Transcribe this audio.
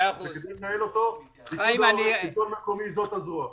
חייבים לנהל אותו והשלטון המקומי הוא הזרוע.